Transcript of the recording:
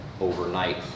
overnight